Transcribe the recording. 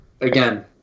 again